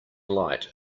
light